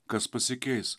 kas pasikeis